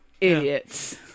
Idiots